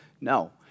No